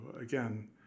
again